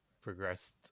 progressed